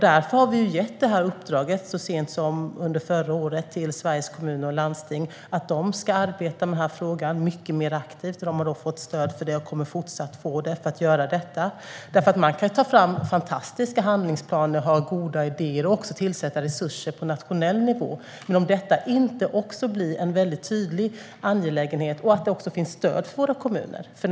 Därför har vi gett detta uppdrag, så sent som under förra året, till Sveriges Kommuner och Landsting. De ska arbeta med frågan mycket mer aktivt. De har fått stöd för att göra detta, och de kommer fortsatt att få stöd för det. Man kan ta fram fantastiska handlingsplaner, ha goda idéer och tillsätta resurser på nationell nivå. Men detta måste också bli en tydlig angelägenhet för våra kommuner, och det måste finnas stöd för dem.